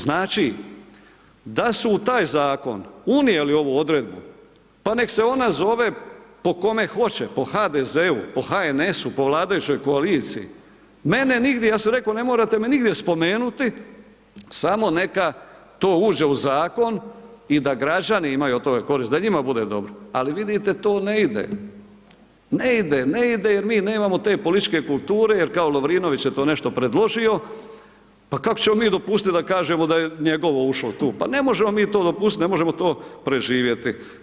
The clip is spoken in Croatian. Znači, da su u taj zakon unijeli ovu odredbu, pa nek se ona zove po kome hoće, po HDZ-u, po HNS-u, po vladajućoj koaliciji, mene nigdje, ja sam rekao ne morate me nigdje spomenuti samo neka to uđe u zakon i da građani imaju od toga korist, da njima bude dobro, ali vidite to ne ide, ne ide, ne ide jer mi nemamo te političke kulture jer kao Lovrinović je to nešto predložio, pa kako ćemo mi dopustit da kažemo da je njegovo ušlo tu, pa ne možemo mi to dopustit ne možemo to preživjeti.